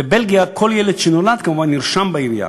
בבלגיה כל ילד שנולד כמובן נרשם בעירייה.